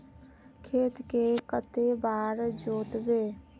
खेत के कते बार जोतबे?